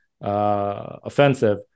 offensive